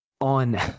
on